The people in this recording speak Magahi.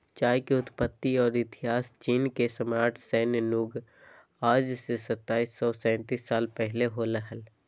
चाय के उत्पत्ति और इतिहासचीनके सम्राटशैन नुंगआज से सताइस सौ सेतीस साल पहले होलय हल